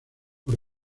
por